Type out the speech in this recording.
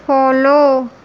follow